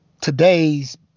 today's